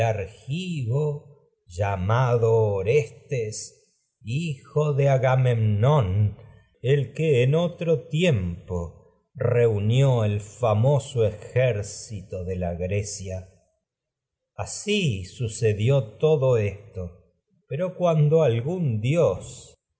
otro llamado orestes hijo de agamemnón el que en tiempo reunió el todo famoso ejército de la grecia asi sucedió esto pero cuando algún dios